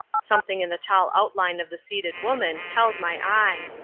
something in the tall outline of the seated woman held my eye.